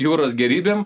jūros gėrybėm